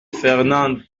fernand